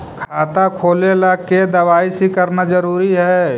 खाता खोले ला के दवाई सी करना जरूरी है?